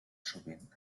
sovint